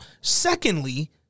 Secondly